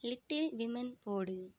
little women போடு